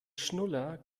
schnuller